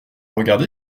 regardé